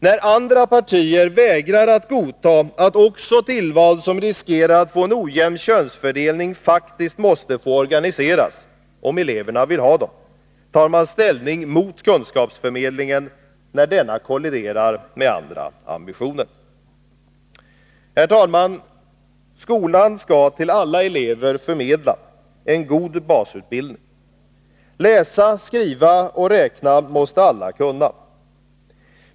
När andra partier vägrar att godta att också tillval som riskerar att leda till en ojämn könsfördelning faktiskt måste få organiseras, om eleverna vill ha dem, tar man ställning mot kunskapsförmedlingen när denna kolliderar med andra ambitioner. Herr talman! Skolan skall till alla elever förmedla en god basutbildning. Läsa, skriva och räkna måste alla kunna.